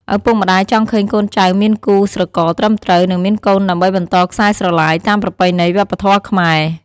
ឪពុកម្ដាយចង់ឃើញកូនចៅមានគូស្រករត្រឹមត្រូវ និងមានកូនដើម្បីបន្តខ្សែស្រឡាយ តាមប្រពៃណីវប្បធម៌ខ្មែរ។